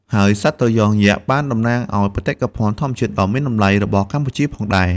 ហើយសត្វត្រយងយក្សបានតំណាងឲ្យបេតិកភណ្ឌធម្មជាតិដ៏មានតម្លៃរបស់កម្ពុជាផងដែរ។